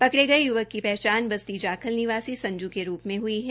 पकड़े गए युवक की पहचान बस्ती जाखल निवासी संजू के रूप में हुई है